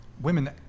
Women